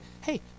hey